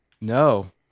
No